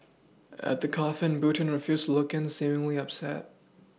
at the coffin button refused to look in seemingly upset